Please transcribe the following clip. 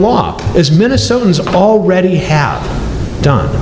lot as minnesotans already have done